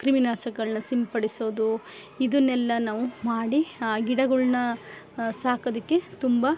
ಕ್ರಿಮಿನಾಶಕಗಳ್ನ ಸಿಂಪಡಿಸೋದು ಇದನ್ನೆಲ್ಲ ನಾವು ಮಾಡಿ ಆ ಗಿಡಗಳ್ನ ಸಾಕೋದಕ್ಕೆ ತುಂಬ